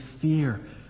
fear